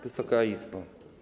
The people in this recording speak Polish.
Wysoka Izbo!